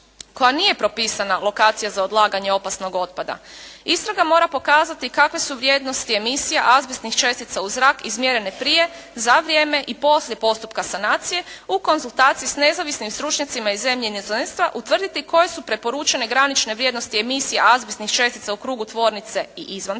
koja nije propisana lokacija za odlaganje opasnog otpada. Istraga mora pokazati kakve su vrijednosti emisija azbestnih čestica u zrak izmjerene prije, za vrijeme i poslije postupka sanacije u konzultaciji s nezavisnim stručnjacima iz zemlje i inozemstva, utvrditi koje su preporučene granične vrijednosti emisija azbestnih čestica u krugu tvornice i izvan